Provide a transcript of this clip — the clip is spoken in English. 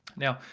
now,